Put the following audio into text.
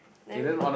then